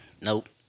Nope